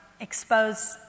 expose